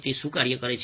તે શું કાર્ય કરે છે